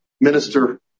minister